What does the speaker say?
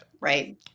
Right